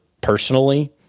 personally